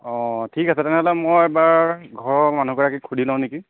অঁ ঠিক আছে তেনেহ'লে মই এবাৰ ঘৰৰ মানুহগৰাকীক সুধি লওঁ নেকি